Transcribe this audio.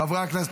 חברי הכנסת,